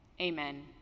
Amen